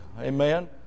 Amen